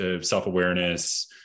self-awareness